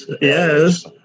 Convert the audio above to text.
yes